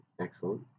Excellent